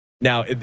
Now